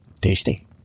tasty